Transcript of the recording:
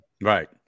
right